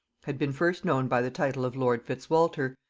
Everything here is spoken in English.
had been first known by the title of lord fitzwalter,